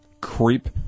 Creep